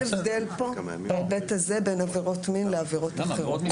אין פה הבדל בין עברות מין לעברות אחרות.